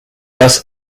das